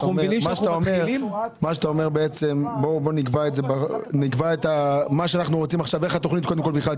זה שנקבע את מה שאנחנו רוצים עכשיו ואיך בכלל התוכנית תהיה.